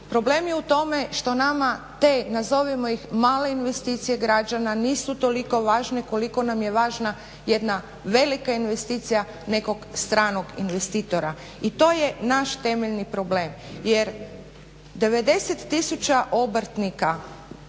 problem je u tome što nama te nazovimo ih male investicije građana nisu toliko važne koliko nam je važna jedna velika investicija nekog stranog investitora. I to je naš temeljni problem. Jer 90000 obrtnika